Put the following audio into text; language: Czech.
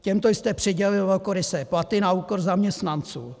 Těmto jste přidělil velkorysé platy na úkor zaměstnanců.